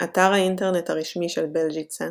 אתר האינטרנט הרשמי של בלז'יצה